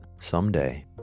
someday